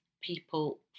people